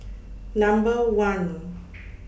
Number one